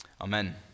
Amen